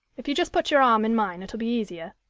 if you just put your arm in mine, it'll be easier.